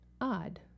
odd